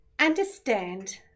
understand